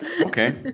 Okay